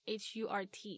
hurt